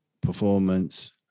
performance